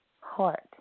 heart